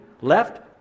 left